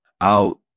Out